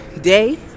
day